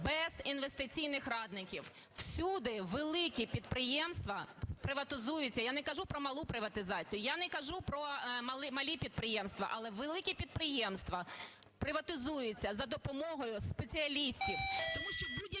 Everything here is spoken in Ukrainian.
без інвестиційних радників? Всюди великі підприємства приватизуються, я не кажу про малу приватизацію, я не кажу про малі підприємства, але великі підприємства приватизуються за допомогою спеціалістів.